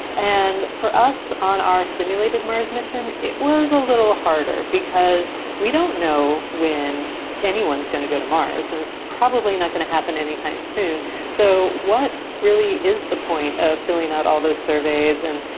and for us on our simulated mars mission, it was a little harder because we don't know when anyone is going to go to mars. it's probably not going to happen anytime soon. so what really is the point of filling out all those surveys and,